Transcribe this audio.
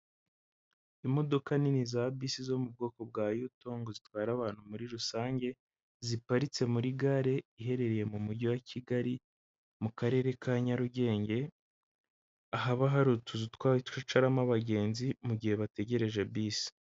Imodoka nini za bisi zo mu bwoko bwa yutongo zitwara abantu muri rusange, ziparitse muri gare iherereye mu mujyi wa Kigali mu karere ka Nyarugenge, ahaba hari utuzu twa twicaramo abagenzi mu gihe bategereje bisi.